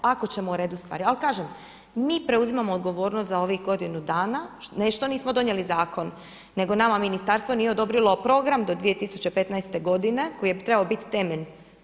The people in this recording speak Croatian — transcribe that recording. Ako ćemo u redu stvari, ali kažem mi preuzimamo odgovornost za ovih godinu dana, ne što nismo donijeli zakon, nego nama ministarstvo nije odobrilo program do 2015. godine koji je trebao biti temelj.